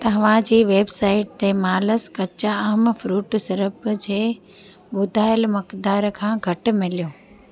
तव्हां जी वेबसाइट ते मालस कच्चा आम फ्रूट सिरप जे ॿुधायल मक़दार खां घटि मिलियो